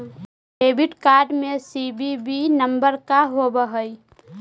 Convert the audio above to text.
Debit card CVV सी.वी.वी नंबर का होव हइ?